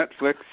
Netflix